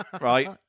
right